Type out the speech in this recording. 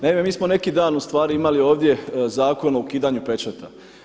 Naime, mi smo neki dan u stvari imali ovdje Zakon o ukidanju pečata.